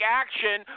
action